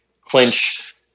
clinch